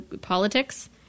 politics